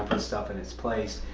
put stuff in it's place.